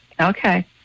Okay